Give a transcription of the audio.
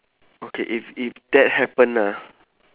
okay if if that happen ah